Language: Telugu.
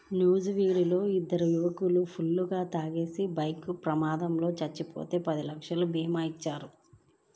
నూజివీడులో ఇద్దరు యువకులు ఫుల్లుగా తాగేసి బైక్ ప్రమాదంలో చనిపోతే పది లక్షల భీమా ఇచ్చారు